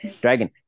Dragon